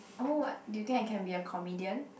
oh what do you think I can be a comedian